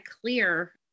clear